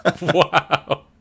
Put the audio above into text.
Wow